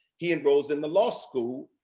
he enrolls in the law school.